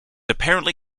apparently